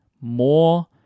more